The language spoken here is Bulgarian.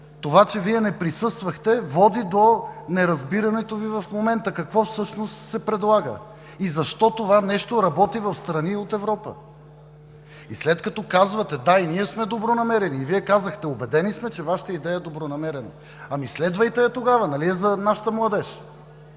това, че Вие не присъствахте, води до неразбирането Ви в момента какво всъщност се предлага. И защо това нещо работи в страни от Европа. След като казвате: „Да, и ние сме добронамерени“, казахте: „Убедени сме, че Вашата идея е добронамерена“, следвайте я тогава, нали е за нашата младеж?!